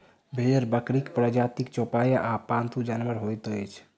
भेंड़ बकरीक प्रजातिक चौपाया आ पालतू जानवर होइत अछि